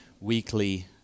weekly